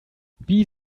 wie